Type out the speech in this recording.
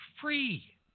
free